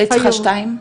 היית צריכה שתיים?